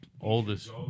oldest